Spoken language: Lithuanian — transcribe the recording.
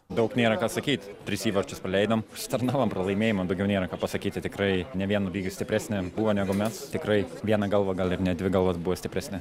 daug nėra ką sakyt tris įvarčius praleidom užsitarnavom pralaimėjimą daugiau nėra ką pasakyti tikrai ne vienu lygiu stipresni buvo negu mes tikrai viena galva gal ir net dvi galvas buvo stipresni